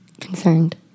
Concerned